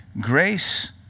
grace